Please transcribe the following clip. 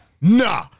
nah